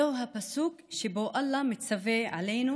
זהו הפסוק שבו אללה מצווה עלינו